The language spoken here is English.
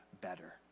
better